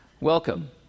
Welcome